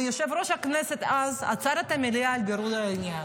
ויושב-ראש הכנסת אז עצר את המליאה לבירור העניין,